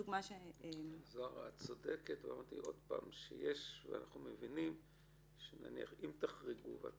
את צודקת ואמרתי שאנחנו מבינים שאם תחרגו ואת